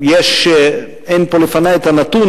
אין פה לפני הנתון.